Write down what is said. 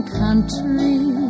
country